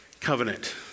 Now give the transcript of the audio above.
Covenant